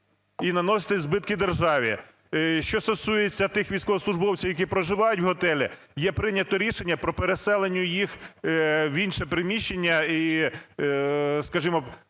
і наносити збитки державі? Що стосується тих військовослужбовців, які проживають в готелі, є, прийнято рішення по переселенню їх в інше приміщення і, скажімо,